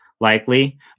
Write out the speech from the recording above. likely